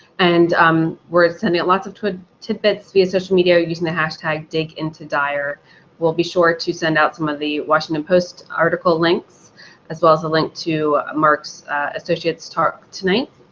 and um we're sending out lots of ah tidbits via social media using the hashtag digintodyar. we'll be sure to send out some of the washington post article links as well as a link to marc's associates talk tonight